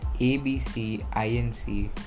ABCINC